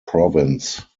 province